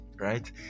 right